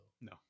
No